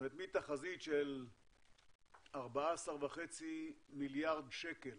מתחזית של 14.5 מיליארד שקל